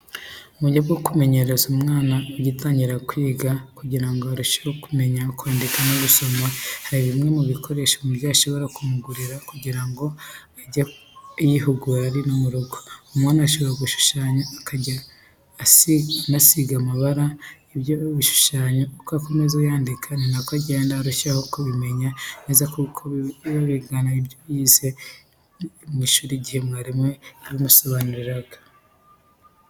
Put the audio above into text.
M buryo bwo kumenyereza umwana ugitangira kwiga kugira ngo arusheho kumenya kwandika no gusoma, hari bimwe mu bikoresho umubyeyi ashobora kumugurira kugira ngo ajye yihugura ari no mu rugo. Umwana ashobora gushushanya akajya anasiga amabara ibyo yashushanyije, uko akomeza yandika ni ko agenda arushaho kubimenya neza kuko aba yigana ibyo yize mu ishuri igihe mwarimu we yabimusobanuriraga.